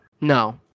no